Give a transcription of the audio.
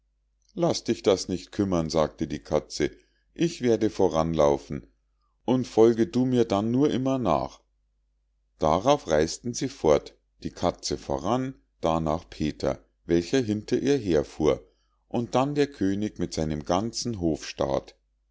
laß dich das nicht kümmern sagte die katze ich werde voranlaufen und folge du mir dann nur immer nach darauf reis'ten sie fort die katze voran darnach peter welcher hinter ihr her fuhr und dann der könig mit seinem ganzen